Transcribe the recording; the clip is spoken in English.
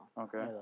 Okay